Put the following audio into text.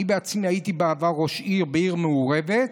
אני בעצמי הייתי בעבר ראש עיר בעיר מעורבת,